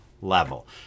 level